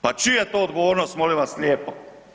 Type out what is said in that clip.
Pa čija je to odgovornost molim vas lijepo?